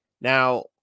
Now